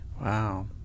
Wow